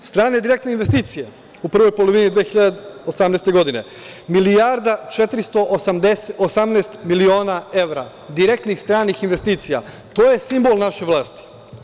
Strane direktne investicije u prvoj polovini 2018. godine, milijarda 418 miliona evra direktnih stranih investicija, to je simbol naše vlasti.